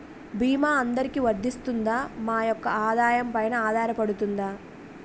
భీమా అందరికీ వరిస్తుందా? మా యెక్క ఆదాయం పెన ఆధారపడుతుందా?